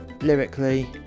lyrically